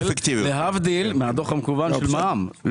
להבדיל מהחוק המקוון של מע"מ,